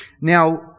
Now